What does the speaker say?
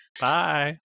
Bye